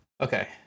okay